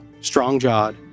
strong-jawed